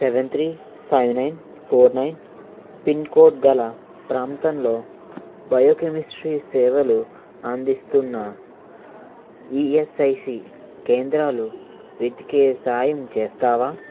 seven three five nine four nine pin code గల ప్రాంతంలో biochemistry సేవలు అందిస్తున్న ఈయస్ఐసి కేంద్రాలు వెతికే సాయం చేస్తావా